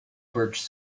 birch